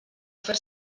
fer